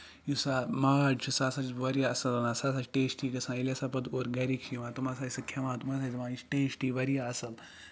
یُس ہسا ماز چھُ سُہ ہسا چھُ واریاہ اَصٕل آسان سُہ ہسا چھ ٹیسٹی گژھان ییٚلہِ ہسا پَتہٕ اورٕ گرِکۍ چھِ یِوان تِم ہسا چھِ سُہ کھٮ۪وان تِم ہسا چھِ دَپان یہِ ہسا چھُ ٹیسٹی واریاہ اَصٕل